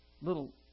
little